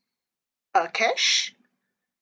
uh cash